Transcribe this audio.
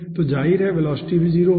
तो जाहिर है कि वेलोसिटी भी 0 होगी